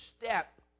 step